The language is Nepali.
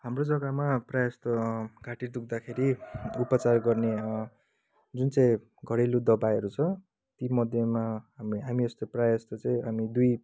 हाम्रो जग्गामा प्राय जस्तो घाँटी दुख्दाखेरि उपचार गर्ने जुन चाहिँ घरेलु दबाईहरू छ तीमध्येमा हामी हामी यस्तो प्राय जस्तो चाहिँ हामी दुई